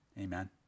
amen